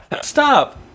Stop